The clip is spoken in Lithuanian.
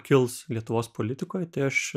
kils lietuvos politikoj tai aš